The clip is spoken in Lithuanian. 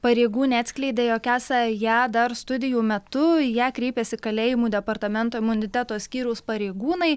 pareigūnė atskleidė jog esą ją dar studijų metu į ją kreipėsi kalėjimų departamento imuniteto skyriaus pareigūnai